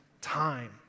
time